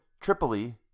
Tripoli